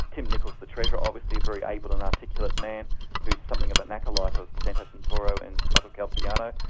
tim nicholls the treasurer obviously, a very able and articulate man who is something of an acolyte of santo santoro and michael caltabiano,